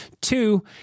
Two